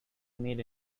made